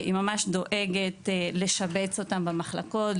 היא ממש דואגת לשבץ אותם במחלקות,